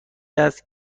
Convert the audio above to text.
است